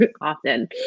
often